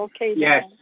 Yes